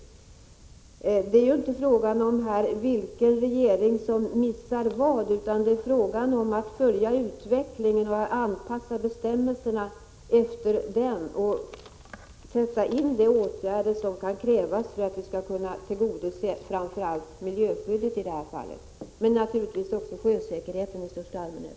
Här är det inte fråga om vilken regering som missar vad, utan det gäller att följa utvecklingen, anpassa bestämmelserna efter den och sätta in de åtgärder som kan krävas för att tillgodose framför allt miljöskyddet, men naturligtvis också sjösäkerheten i största allmänhet.